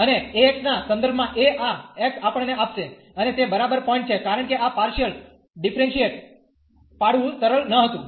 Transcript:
અને αx ના સંદર્ભમાં α આ x આપણને આપશે અને તે બરાબર પોઇન્ટ છે કારણ કે આ પારશીયલ ડીફરેન્શીયેટ પાડવું સરળ નહોતું